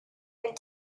and